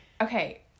Okay